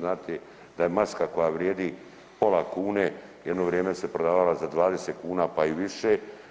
znati da je maska koja vrijedi pola kune jedno vrijeme se prodavala za 20 kuna pa i više.